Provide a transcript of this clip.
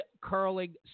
curling